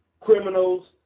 criminals